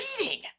reading